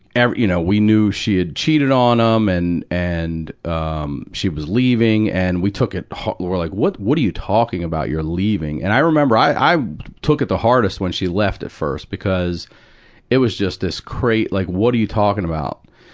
every you know, we knew she had cheated on him, um and, and, um, she was leaving. and we took it hard we're like, what, what are you talking about, you're leaving? and i remember i, i took it the hardest when she left at first, because it was just this crazy like, what are you talking about?